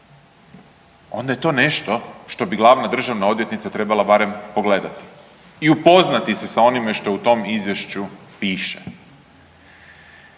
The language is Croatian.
onda je to nešto što bi glavna državna odvjetnica trebala barem pogledati i upoznati se s onime što u tom izvješću piše.